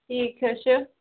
ٹھیٖک حظ چھُ